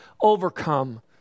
overcome